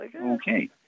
Okay